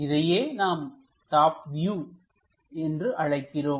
இதையே நாம் top view என்று அழைக்கிறோம்